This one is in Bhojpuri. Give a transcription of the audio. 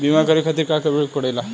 बीमा करे खातिर का करे के पड़ेला?